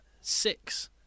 Six